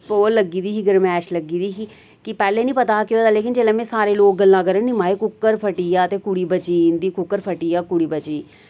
ओह् लग्गी दी ही गरमैश लग्गी दी ही कि पैह्ले नि पता हा केह् होए दा लेकिन जेल्लै मैं सारें लोक गल्लां करन नि माए कुक्कर फटी गेआ ते कुड़ी बची गी इंदी कुक्कर फटी गेआ कुड़ी बची गी